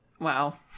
Wow